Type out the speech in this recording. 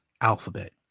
alphabet